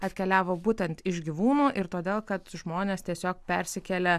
atkeliavo būtent iš gyvūnų ir todėl kad žmonės tiesiog persikelia